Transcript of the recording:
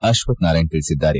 ಅಶ್ವತ್ವ ನಾರಾಯಣ ತಿಳಿಸಿದ್ದಾರೆ